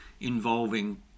involving